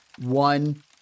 one